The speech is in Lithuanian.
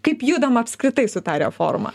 kaip judam apskritai su ta reforma